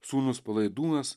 sūnus palaidūnas